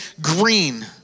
green